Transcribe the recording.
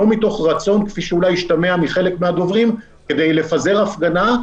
לא מתוך רצון - כפי שאולי השתמע מחלק מהדוברים כדי לפזר הפגנה,